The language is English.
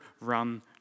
run